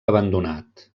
abandonat